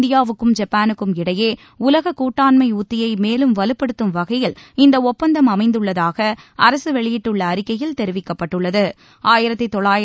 இந்தியாவுக்கும் ஜப்பானுக்கும் இடையே உலக கூட்டாண்மை உத்தியை மேலும் வலுப்படுத்தும் வகையில் இந்த ஒப்பந்தம் அமைந்துள்ளதாக அரசு வெளியிட்டுள்ள அறிக்கையில் தெரிவிக்கப்பட்டுள்ளது